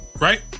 Right